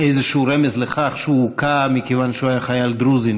איזשהו רמז לכך שהוא הוכה מכיוון שהוא היה חייל דרוזי.